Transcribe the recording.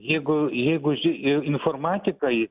jeigu jeigu ži informatikai